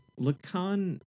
Lacan